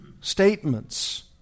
statements